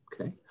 Okay